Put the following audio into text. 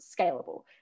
scalable